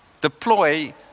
deploy